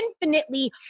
infinitely